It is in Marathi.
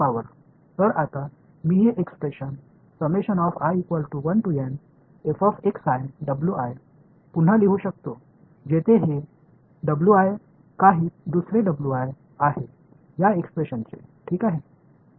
तर आता मी हे एक्सप्रेशन पुन्हा लिहू शकतो जेथे हे आहे काही दुसरे आहे या एक्सप्रेशनचे ठीक आहे